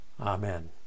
Amen